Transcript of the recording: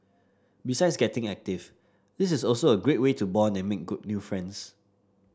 besides getting active this is also a great way to bond and make good new friends